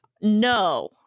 no